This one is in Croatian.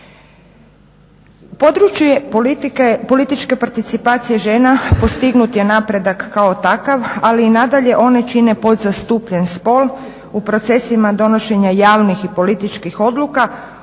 Područje političke participacije žena postignut je napredak kao takav, ali i nadalje one čine podzastupljen spol u procesima donošenja javnih i političkih odluka,